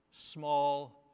small